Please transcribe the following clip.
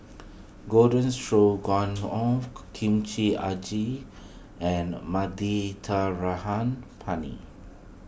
Garden Stroganoff Kimchi Agi and Penne